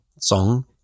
song